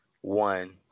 one